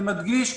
אני מדגיש,